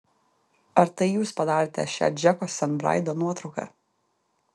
ar tai jūs padarėte šią džeko sent braido nuotrauką